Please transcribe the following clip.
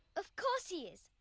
of course he is.